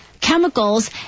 chemicals